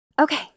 Okay